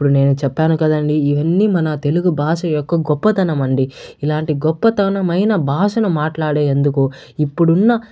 ఇప్పుడు నేను చెప్పాను కదండీ ఇవన్నీ మన తెలుగు భాష యొక్క గొప్పతనం అండి ఇలాంటి గొప్పతనం అయిన భాషను మాట్లాడేందుకు ఇప్పుడున్న